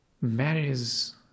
marries